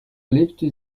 lebte